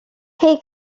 সেই